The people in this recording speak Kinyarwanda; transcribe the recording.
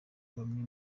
bamwe